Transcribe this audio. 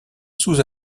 sous